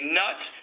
nuts